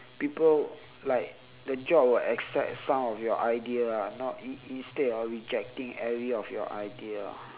people like the job will accept some of your idea ah not in~ instead of rejecting every of your idea ah